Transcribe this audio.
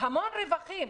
המון רווחים.